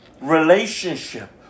relationship